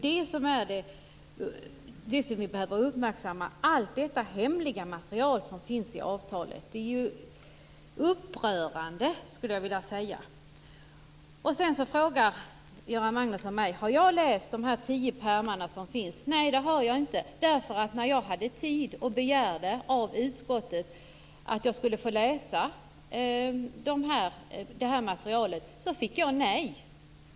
Det är detta som vi behöver uppmärksamma - allt det hemliga material som finns i avtalet är upprörande! Göran Magnusson frågade mig om jag har läst de tio pärmarna. Nej, det har jag inte. När jag hade tid och av utskottet begärde att få läsa materialet så fick jag nej.